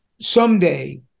someday